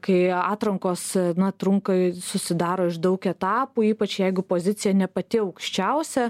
kai atrankos na trunka susidaro iš daug etapų ypač jeigu pozicija ne pati aukščiausia